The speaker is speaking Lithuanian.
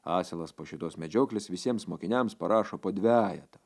asilas po šitos medžioklės visiems mokiniams parašo po dvejetą